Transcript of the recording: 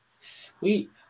Sweet